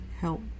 help